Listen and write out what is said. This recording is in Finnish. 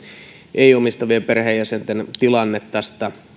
ei omistavien perheenjäsenten tilanne tästä